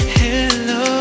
hello